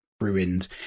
ruined